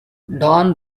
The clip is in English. dawn